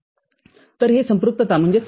तर हे संपृक्तता ०